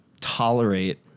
tolerate